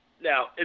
Now